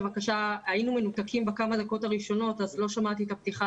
היינו מנותקים בכמה דקות הראשונות אז לא שמעתי את הפתיחה